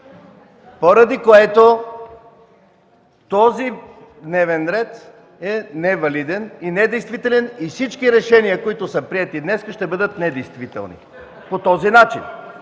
Поради което този дневен ред е невалиден и недействителен, и всички решения, които са приети днес, ще бъдат недействителни по този начин,